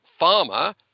pharma